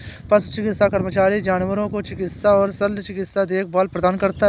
पशु चिकित्सा कर्मचारी जानवरों को चिकित्सा और शल्य चिकित्सा देखभाल प्रदान करता है